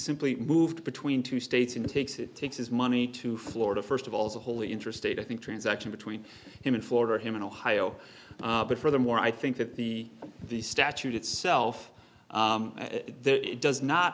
simply moved between two states in takes it takes his money to florida first of all is a holy interstate i think transaction between him and for him in ohio but furthermore i think that the the statute itself does not